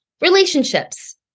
Relationships